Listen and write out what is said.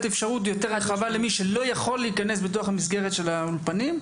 אפשרות יותר רחבה למי שלא יכול להיכנס במסגרת האולפנים.